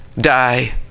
die